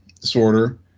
disorder